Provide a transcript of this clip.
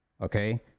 Okay